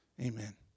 Amen